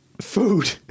Food